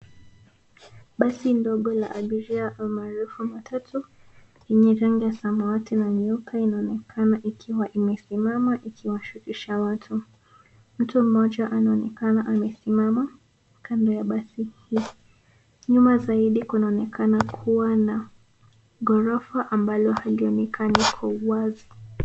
Basi ndogo la abiria almaarufu matatu yenye rangi ya samawati na nyeupe inaonekana ikiwa imesimama ikiwashukisha watu. Mtu mmoja anaonekana amesimama kando ya basi hii. Nyuma zaidi kunaonekana kuwa na ghorofa ambalo halionekani kwa wazi.